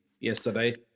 yesterday